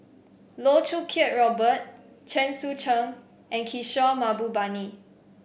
Loh Choo Kiat Robert Chen Sucheng and Kishore Mahbubani